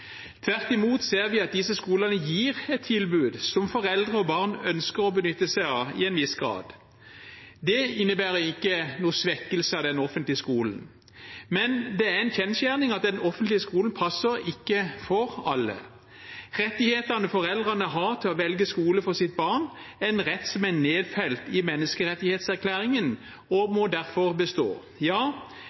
Tvert imot ser vi at disse skolene gir et tilbud som foreldre og barn ønsker å benytte seg av i en viss grad. Det innebærer ikke noen svekkelse av den offentlige skolen, men det er en kjensgjerning at den offentlige skolen passer ikke for alle. Rettigheten foreldrene har til å velge skole for sitt barn, er en rett som er nedfelt i menneskerettighetserklæringen, og må derfor bestå. Ja,